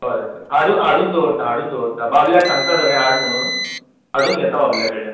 बरें बरें हाडून दवरता हाडून दवरता बाबल्याक सांगता सगळे हाड म्हणून हाडून घेता बाबल्या कडल्यान